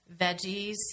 veggies